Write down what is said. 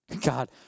God